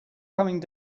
coming